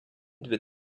дві